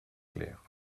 clair